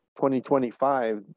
2025